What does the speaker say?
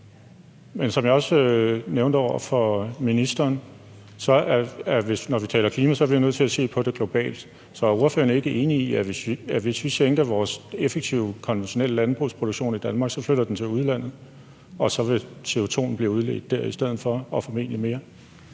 Men som jeg også nævnte over for ministeren, er vi, når vi taler klima, nødt til at se på det globalt. Så er ordføreren ikke enig i, at hvis vi sænker vores effektive konventionelle landbrugsproduktion i Danmark, så flytter den til udlandet, og så vil CO2'en blive udledt der i stedet for – og formentlig mere